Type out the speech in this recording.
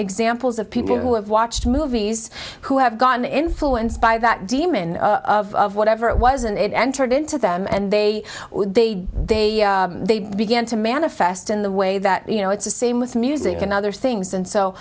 examples of people who have watched movies who have gotten influenced by that demon of whatever it was and it entered into them and they they they they began to manifest in the way that you know it's the same with music and other things and so